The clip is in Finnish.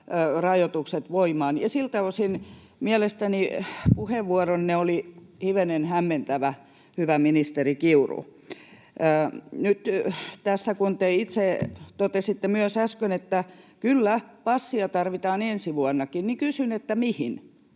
ravintolarajoitukset voimaan. Siltä osin puheenvuoronne oli mielestäni hivenen hämmentävä, hyvä ministeri Kiuru. Nyt kun te itse totesitte myös äsken, että kyllä, passia tarvitaan ensi vuonnakin, niin kysyn, mihin.